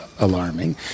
alarming